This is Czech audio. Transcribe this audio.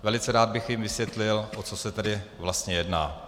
Velice rád bych jim vysvětlil, o co se tedy vlastně jedná.